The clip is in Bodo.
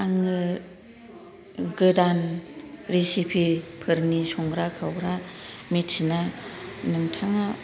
आङो गोदान रेसिपिफोरनि संग्रा खावग्रा मिन्थिनो नोंथाङा